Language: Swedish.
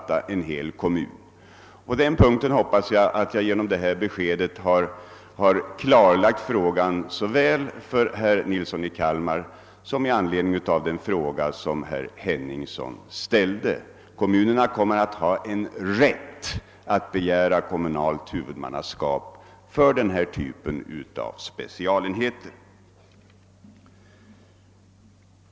Genom detta besked hoppas jag ha klarlagt propositionens mening på denna punkt såväl för herr Nilsson i Kalmar som för herr Henningsson med anledning av den fråga han ställde. Kommunerna kommer alltså att ha rätt till kommunalt huvudmannaskap för denna typ av specialenheter.